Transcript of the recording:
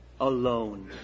alone